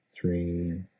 three